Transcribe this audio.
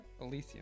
Elysium